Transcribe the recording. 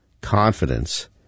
confidence